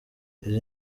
izi